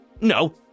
No